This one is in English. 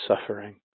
suffering